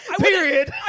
Period